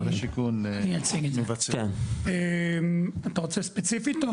אתה רוצה ספציפית?